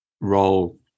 role